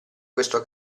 questo